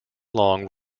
long